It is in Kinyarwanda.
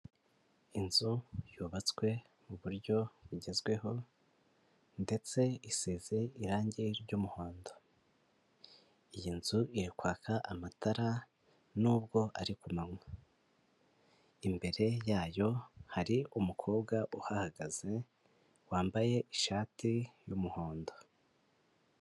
Inzu yubatswe muburyo bugezweho ndetse isize irangi ry'umuhondo iyi nzu irikwaka amatara nubwo ari kumanywa imbere yayo hari umukobwa uhagaze wambaye ishati y'umuhondo.